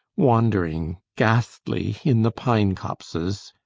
wandering ghastly in the pine-copses.